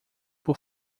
por